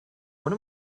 what